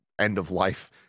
end-of-life